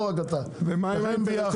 לא רק אתה, שניכם ביחד.